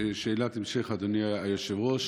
שאלת המשך, אדוני היושב-ראש.